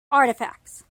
artifacts